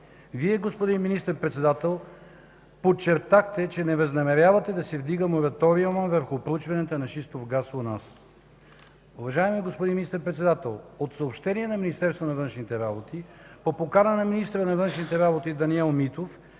Вие, господин Министър-председател, подчертахте, че не възнамерявате да се вдига мораториума върху проучванията на шистов газ у нас. Уважаеми господин Министър-председател, от съобщение на Министерство на външните работи – по покана на министъра на външните работи Даниел Митов